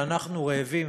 אנחנו רעבים,